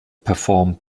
performed